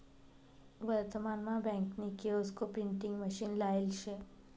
वर्तमान मा बँक नी किओस्क प्रिंटिंग मशीन लायेल शे